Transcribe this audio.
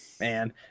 Man